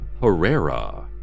Herrera